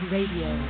Radio